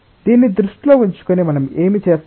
దీన్ని దృష్టిలో ఉంచుకుని మనం ఏమి చేస్తాం